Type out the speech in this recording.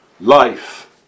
Life